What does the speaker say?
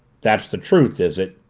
that's the truth, is it?